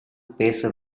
பேச